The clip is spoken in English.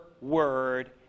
word